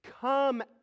Come